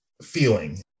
feeling